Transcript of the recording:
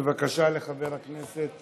בבקשה, חבר הכנסת